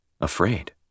afraid